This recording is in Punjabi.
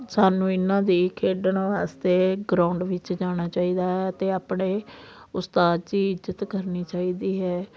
ਸਾਨੂੰ ਇਹਨਾਂ ਦੀ ਖੇਡਣ ਵਾਸਤੇ ਗਰਾਊਂਡ ਵਿੱਚ ਜਾਣਾ ਚਾਹੀਦਾ ਹੈ ਅਤੇ ਆਪਣੇ ਉਸਤਾਦ ਦੀ ਇੱਜ਼ਤ ਕਰਨੀ ਚਾਹੀਦੀ ਹੈ